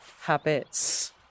habits